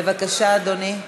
בבקשה, אדוני.